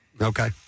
Okay